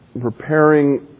preparing